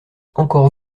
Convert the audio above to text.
encore